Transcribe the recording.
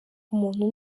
umuntu